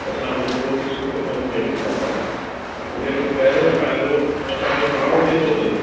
असां जेको बि सुठो कमु कयूं था हुन जो पहिरियों फ़ाइदो असांखे पाण खे थो थिए